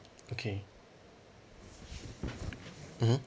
okay mmhmm